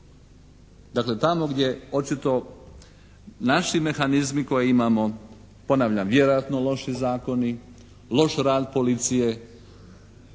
dakle tamo gdje očito naši mehanizmi koje imamo, ponavljamo vjerojatno loši zakoni, loš rad policije,